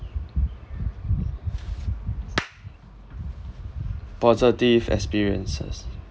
positive experiences